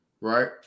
right